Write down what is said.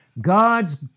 God's